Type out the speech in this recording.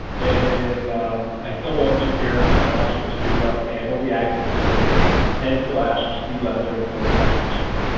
and i still want to guarantee my upstream is big enough to handle the accent worst case and still add some speed left their referral upstream speed